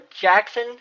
Jackson